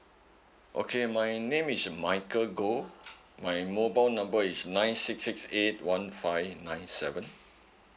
okay my name is michael goh my mobile number is nine six six eight one five nine seven